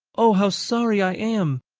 oh, how sorry i am!